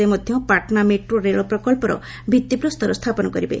ସେ ମଧ୍ୟ ପାଟନା ମେଟ୍ରୋ ରେଳ ପ୍ରକଳ୍ପର ଭିତ୍ତିପ୍ରସ୍ତର ସ୍ଥାପନ କରିବେ